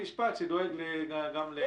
לשמחתנו הרבה יש בית משפט שדואג גם למיעוטים.